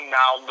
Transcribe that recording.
now